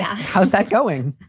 how is that going?